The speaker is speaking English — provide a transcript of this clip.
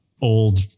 old